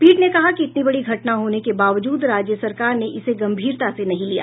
पीठ ने कहा कि इतनी बड़ी घटना होने के बावजूद राज्य सरकार ने इसे गंभीरता से नहीं लिया